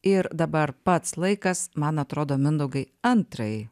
ir dabar pats laikas man atrodo mindaugai antrajai